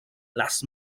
las